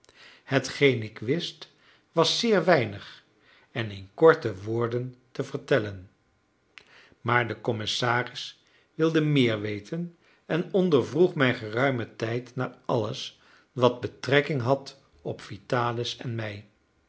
hetgeen ik wist was zeer weinig en in korte woorden te vertellen maar de commissaris wilde meer weten en ondervroeg mij geruimen tijd naar alles wat betrekking had op vitalis en mij